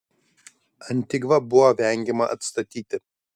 antigvą buvo vengiama atstatyti